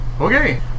Okay